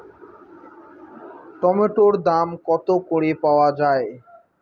টমেটোর দাম কত করে পাওয়া যায়?